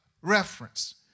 reference